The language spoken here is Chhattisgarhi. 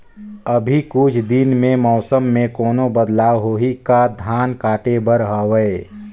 अभी कुछ दिन मे मौसम मे कोनो बदलाव होही का? धान काटे बर हवय?